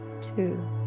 two